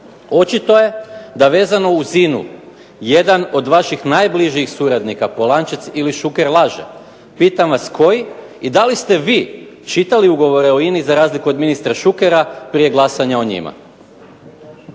Očito je da vezano uz INA-u jedan od vaših najbližih suradnika, Polančec ili Šuker, laže. Pitam vas koji i da li ste vi čitali ugovore o INA-i za razliku od ministra Šukera prije glasanja o njima?